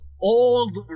old